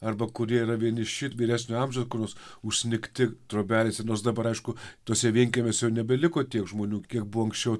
arba kurie yra vieniši vyresnio amžiaus kur nors užsnigti trobelėse nors dabar aišku tuose vienkiemiuos jau nebeliko tiek žmonių kiek buvo anksčiau